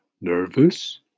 nervous